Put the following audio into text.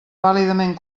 vàlidament